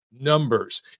numbers